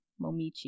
momichi